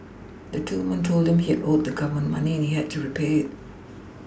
the two women told him he had owed the Government money and he had to repay it